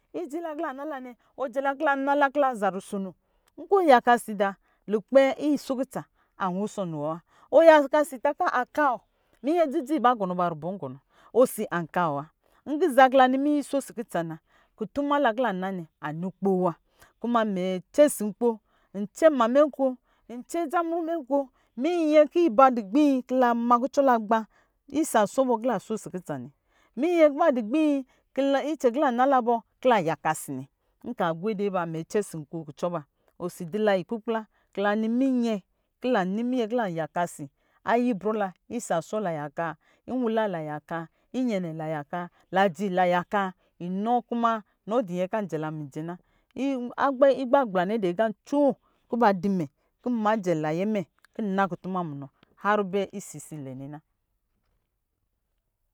Idzila kila na lanɛ ɔjɛ la kila za rusono nkɔ yakasi da lukpɛ iso kutsa, an wusɔ ni wɔwa, ɔyaka si ki akawɔ, minyɛ dzidzi ba gɔnɔ ba rubɔ gɔnɔ osi an kawɔ wa nci za kila ni minyɛ so si kwitsa na kutuma la kila na nɛ ani kpoo wo, kuma mɛ cɛ si nko, mɛ cɛ mamɛ nko, ncɛ ja mumɛ nko, minyɛ ki badi gbii ki la ma kucɔ la ma gbā kisaso kila so a si kutsa nɛ, minyɛ ki ba di gbii kicɛ kila na la bo kila yakasi nɛ, nka gbede ba mɛ cɛ si nko kucɔ ba, si dila kukpla kila ni minyɛ kila yaka si ayi brɔla, kisa so la yaka, nwala la yaka, iyɛnɛla yaka, laji la yaka, inɔ kuma nɔ diyɛ. Kɔ anjɛ la mijɛ na, igba gbla nɛ digā coo kuba di mɛ, kimajɛ layɛ kuna mɛ kuma munɔ rubɛ isisi lɛ nɛ na.